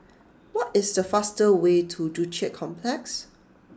what is the fastest way to Joo Chiat Complex